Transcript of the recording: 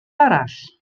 arall